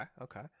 Okay